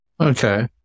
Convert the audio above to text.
Okay